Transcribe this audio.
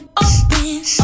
open